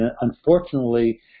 Unfortunately